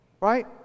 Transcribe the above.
right